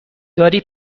داری